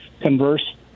converse